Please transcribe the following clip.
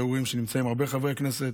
היו רואים שנמצאים הרבה חברי כנסת,